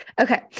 Okay